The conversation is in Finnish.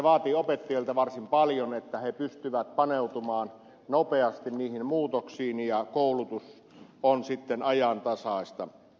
vaatii opettajilta varsin paljon että he pystyvät paneutumaan nopeasti niihin muutoksiin niin että koulutus on sitten ajantasaista